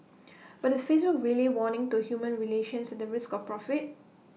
but is Facebook really warming to human relations the risk of profit